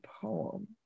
poem